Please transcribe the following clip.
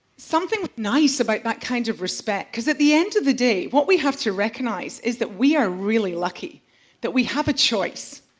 something nice about that kind of respect, cause at the end of the day what we have to recognise is that we are really lucky that we have a choice.